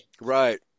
Right